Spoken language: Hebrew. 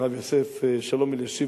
הרב יוסף שלום אלישיב,